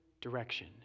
direction